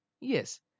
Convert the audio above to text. Yes